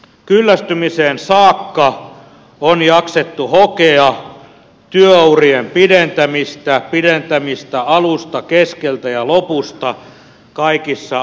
kyllästymiseen saakka on jaksettu hokea työurien pidentämistä pidentämistä alusta keskeltä ja lopusta